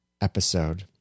episode